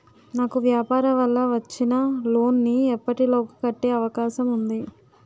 నాకు వ్యాపార వల్ల వచ్చిన లోన్ నీ ఎప్పటిలోగా కట్టే అవకాశం ఉంది?